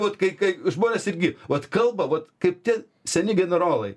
vat kai kai žmonės irgi vat kalba vat kaip tie seni generolai